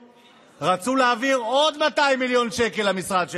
רצו להעביר עוד 200 מיליון שקל למשרד שלה.